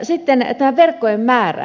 sitten tämä verkkojen määrä